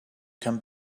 come